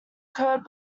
occurred